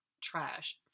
trash